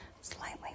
slightly